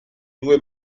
due